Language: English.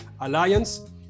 Alliance